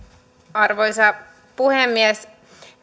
arvoisa puhemies